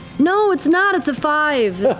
no, it's not! it's a five.